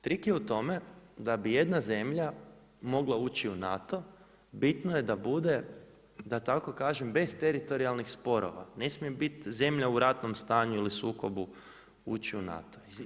Trik je u tome da bi jedna zemlja mogla ući u NATO bitno je da bude da tako kažem bez teritorijalnih sporova, ne smije biti zemlja u ratnom stanju ili sukobu ući u NATO.